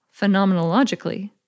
phenomenologically